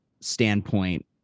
standpoint